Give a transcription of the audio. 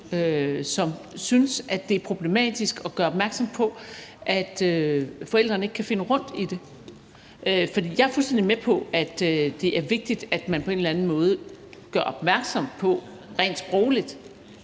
som synes, at det er problematisk og gør opmærksom på, at forældrene ikke kan finde rundt i det? For jeg er fuldstændig med på, at det er vigtigt, at man på en eller anden måde gør opmærksom på rent sprogligt,